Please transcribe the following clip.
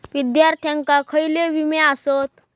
विद्यार्थ्यांका खयले विमे आसत?